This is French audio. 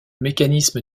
mécanisme